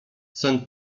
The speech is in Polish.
sen